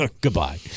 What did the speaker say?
goodbye